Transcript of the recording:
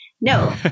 No